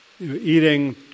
Eating